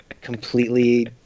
completely